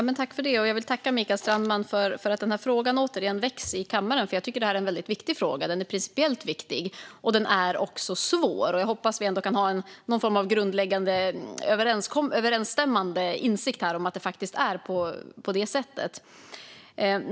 Fru talman! Jag vill tacka Mikael Strandman för att frågan återigen väcks i kammaren. Det är en väldigt viktig fråga, den är principiellt viktig, och den är också svår. Jag hoppas att vi kan ha någon form av grundläggande överensstämmande insikt här att det är på det sättet.